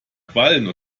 quallen